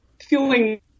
feeling